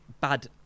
bad